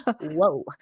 Whoa